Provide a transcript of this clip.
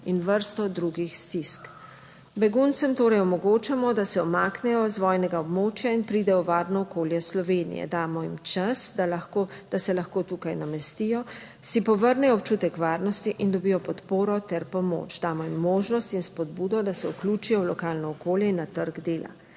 in vrsto drugih stisk. Beguncem torej omogočamo, da se umaknejo iz vojnega območja in pridejo v varno okolje Slovenije. Damo jim čas, da se lahko tukaj namestijo, si povrnejo občutek varnosti in dobijo podporo ter pomoč. Damo jim možnost in spodbudo, da se vključijo v lokalno okolje in na trg dela.